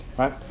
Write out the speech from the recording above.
Right